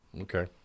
Okay